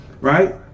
Right